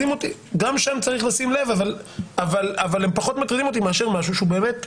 גם שם צריך לשים לב אבל הם פחות מטרידים אותי מאשר משהו שהוא באמת...